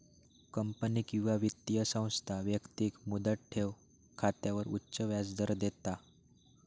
company किंवा वित्तीय संस्था व्यक्तिक मुदत ठेव खात्यावर उच्च व्याजदर देता